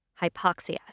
hypoxia